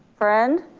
friend.